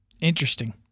Interesting